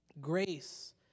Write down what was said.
Grace